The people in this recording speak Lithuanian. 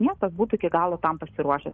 miestas būtų iki galo tam pasiruošęs